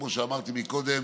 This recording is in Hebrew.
כמו שאמרתי קודם.